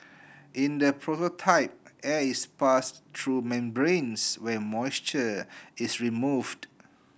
in the prototype air is passed through membranes where moisture is removed